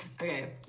Okay